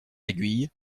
aiguille